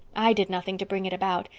i did nothing to bring it about,